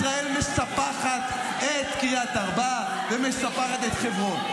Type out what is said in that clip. ישראל מספחת את קריית ארבע ומספחת את חברון.